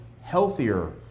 healthier